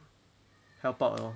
help out lor